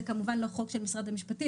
זה כמובן לא חוק של משרד המשפטים,